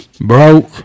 broke